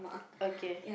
okay